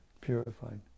purified